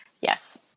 Yes